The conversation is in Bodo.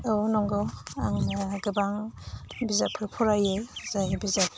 औ नंगौ आंनो गोबां बिजाबफोर फरायो जाय बिजाबफ्रा